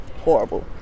horrible